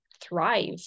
thrive